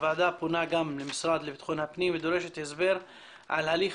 הוועדה פונה גם למשרד לביטחון הפנים ודורשת הסבר על הליך